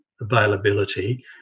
availability